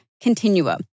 continua